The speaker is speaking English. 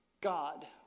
God